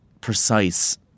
precise